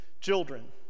children